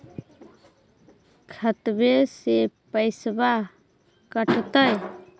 खतबे से पैसबा कटतय?